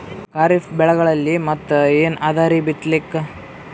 ಖರೀಫ್ ಬೆಳೆಗಳಲ್ಲಿ ಮತ್ ಏನ್ ಅದರೀ ಬಿತ್ತಲಿಕ್?